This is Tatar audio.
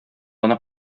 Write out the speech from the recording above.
аны